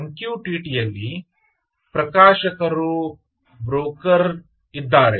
M Q T T ಯಲ್ಲಿ ಪ್ರಕಾಶಕರು broker ಇದ್ದಾರೆ